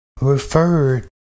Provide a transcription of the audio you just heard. referred